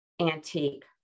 antique